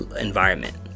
environment